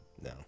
No